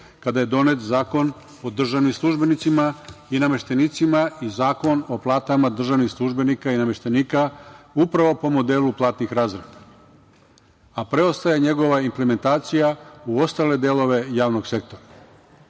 kada je donet Zakon o državnim službenicima i nameštenicima i Zakon o platama državnih službenika i nameštenika upravo po modelu platnih razreda, a preostaje njegova implementacija u ostale delove javnog sektora. Kako